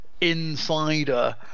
insider